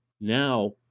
Now